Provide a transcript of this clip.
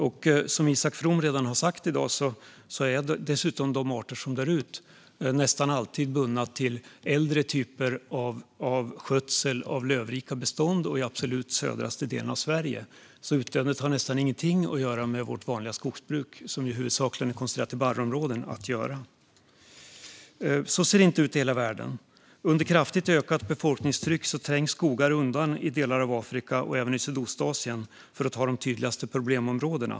Isak From har redan sagt att de arter som dör ut nästan alltid är bundna till äldre typer av skötsel av lövrika bestånd och i absolut sydligaste delen av Sverige. Utdöendet har nästan ingenting att göra med vårt vanliga skogsbruk, som i huvudsak är koncentrerat till barrskogsområden. Så ser det inte ut i hela världen. Under kraftigt ökat befolkningstryck trängs skogar undan i delar av Afrika och även i Sydostasien - de tydligaste problemområdena.